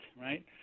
right